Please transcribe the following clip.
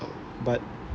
but